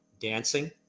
Dancing